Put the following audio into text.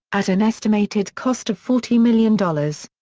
at an estimated cost of forty million dollars.